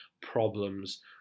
problems